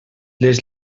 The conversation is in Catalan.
les